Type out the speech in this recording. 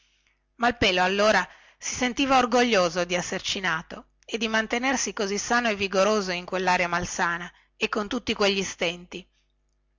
malpelo allora si sentiva orgoglioso di esserci nato e di mantenersi così sano e vigoroso in quellaria malsana e con tutti quegli stenti